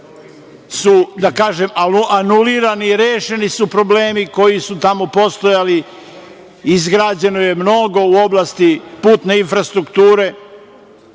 su, da kažem, anulirani, rešeni su problemi koji su tamo postojali. Izgrađeno je mnogo u oblasti putne infrastrukture.